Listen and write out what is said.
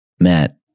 Matt